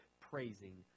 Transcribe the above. praising